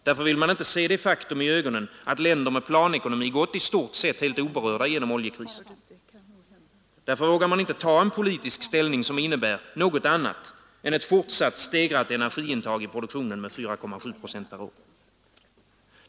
Därför vill man inte se det faktum i ögonen att länder med planekonomi gått i stort sett helt oberörda genom oljekrisen. Därför vågar man inte ta en politisk ställning som innebär något annat än ett fortsatt stegrat energiintag i produktionen med 4,7 procent per år.